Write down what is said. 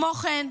כמו כן,